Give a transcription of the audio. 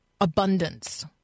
abundance